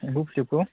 एम्फौ फिथोबखौ